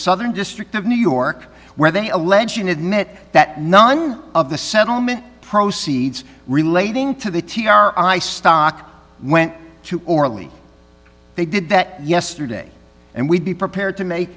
southern district of new york where they allege and admit that none of the settlement proceeds relating to the t r i stock went to orally they did that yesterday and we'd be prepared to make